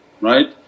right